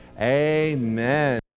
Amen